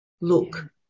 look